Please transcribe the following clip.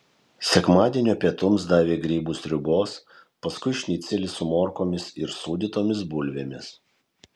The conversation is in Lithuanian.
sekmadienio pietums davė grybų sriubos paskui šnicelį su morkomis ir sūdytomis bulvėmis